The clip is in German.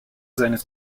seines